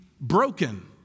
broken